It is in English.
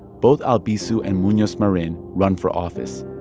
both albizu and munoz marin run for office.